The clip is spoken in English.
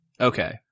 Okay